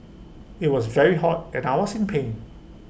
IT was very hot and I was in pain